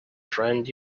friend